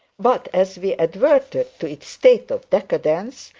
but as we advertised to its state of decadence,